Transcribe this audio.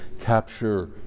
capture